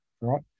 right